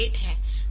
तो यह 21008 है